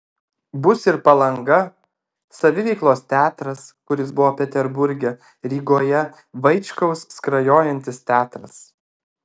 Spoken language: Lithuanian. bus ir palanga saviveiklos teatras kuris buvo peterburge rygoje vaičkaus skrajojantis teatras